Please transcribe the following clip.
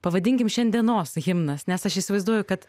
pavadinkim šiandienos himnas nes aš įsivaizduoju kad